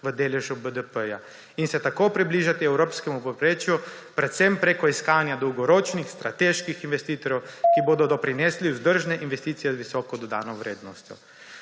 v deležu BDP in se tako približati evropskemu povprečju predvsem preko iskanja dolgoročnih strateških investitorjev, ki bodo doprinesli vzdržne investicije z visoko dodano vrednostjo.